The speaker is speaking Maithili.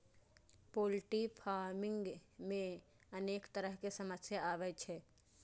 पोल्ट्री फार्मिंग मे अनेक तरहक समस्या आबै छै